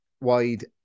wide